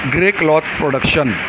grey cloth production